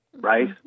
Right